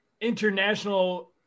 international